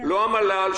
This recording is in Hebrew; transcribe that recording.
לא המל"ל,